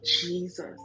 Jesus